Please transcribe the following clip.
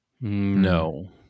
No